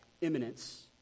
imminence